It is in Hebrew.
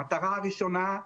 המטרה הראשונה.